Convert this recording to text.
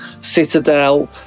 citadel